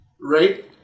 right